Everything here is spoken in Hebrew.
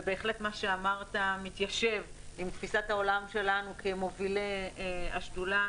ובהחלט מה שאמרת מתיישב עם תפיסת העולם שלנו כמובילי השדולה.